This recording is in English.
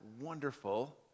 wonderful